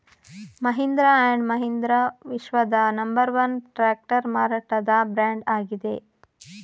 Mahindra and Mahindra ವಿಶ್ವದ number one tractor ಮಾರಾಟದ brand ಆಗಿದೆ